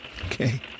Okay